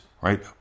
right